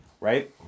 right